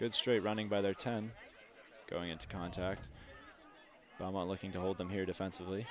good straight running by their time going into contact but i'm looking to hold them here defensively